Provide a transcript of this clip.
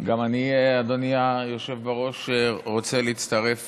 גם אני, אדוני היושב-ראש, רוצה להצטרף